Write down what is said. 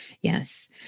Yes